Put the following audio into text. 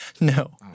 No